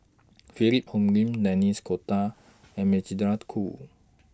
Philip Hoalim Denis Cotta and Magdalene Khoo